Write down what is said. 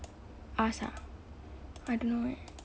ask ah I don't know eh